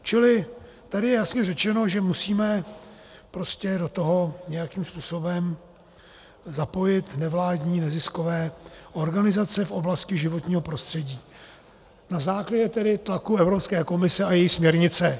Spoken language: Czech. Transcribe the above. Čili tady je jasně řečeno, že musíme prostě do toho nějakým způsobem zapojit nevládní neziskové organizace v oblasti životního prostředí na základě tedy tlaku Evropské komise a její směrnice.